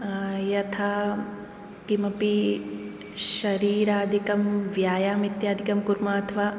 यथा किमपि शरीरादिकं व्यायामम् इत्यादिकं कुर्मः अथवा